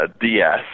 DS